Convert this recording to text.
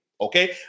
Okay